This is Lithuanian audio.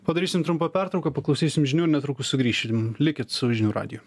padarysim trumpą pertrauką paklausysim žinių ir netrukus sugrįšim likit su žinių radiju